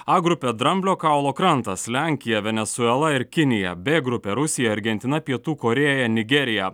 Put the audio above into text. a grupė dramblio kaulo krantas lenkija venesuela ir kinija b grupė rusija argentina pietų korėja nigerija